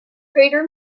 greater